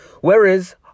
whereas